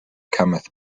cometh